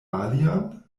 alian